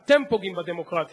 אתם פוגעים בדמוקרטיה.